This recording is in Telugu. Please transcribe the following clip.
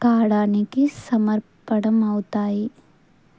కావడానికి సమర్పణం అవుతాయి